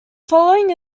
following